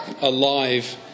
alive